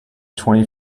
twenty